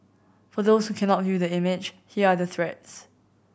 for those who cannot view the image here are the threats